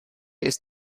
ist